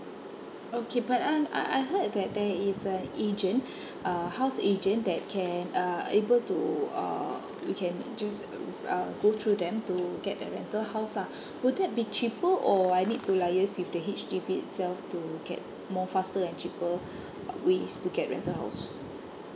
okay but uh I I heard that there is an agent uh house agent that can uh able to uh we can just uh uh go through them to get the rental house lah would that be cheaper or I need to liaise with the H_D_B itself to get more faster and cheaper uh ways to get rental house